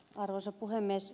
arvoisa puhemies